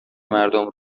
مردم